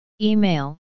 Email